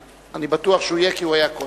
אני בטוח שהוא יהיה, כי הוא היה קודם.